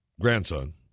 grandson